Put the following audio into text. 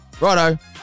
Righto